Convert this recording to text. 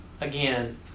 again